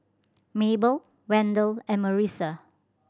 Mabell Wendel and Marissa